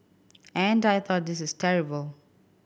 and I thought this is terrible